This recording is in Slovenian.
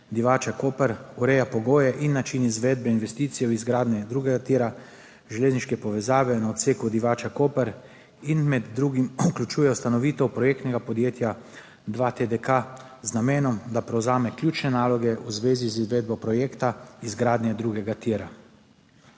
Divača–Koper ureja pogoje in način izvedbe investicije v izgradnjo drugega tira železniške povezave na odseku Divača–Koper in med drugim vključuje ustanovitev projektnega podjetja 2TDK z namenom, da prevzame ključne naloge v zvezi z izvedbo projekta izgradnje drugega tira.